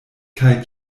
kaj